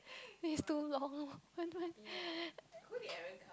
wait is too long